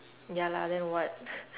ya lah then what